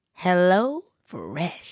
HelloFresh